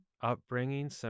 upbringing